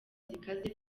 zikaze